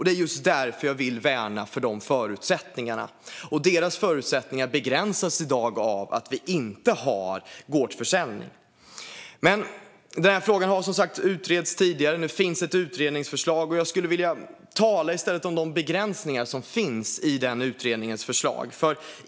Det är därför jag vill värna deras förutsättningar, som i dag begränsas av att vi inte har gårdsförsäljning. Denna fråga har som sagt utretts tidigare. Nu finns det ett utredningsförslag, och jag skulle vilja tala om de begränsningar som finns i förslaget.